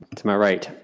to my right.